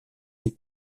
des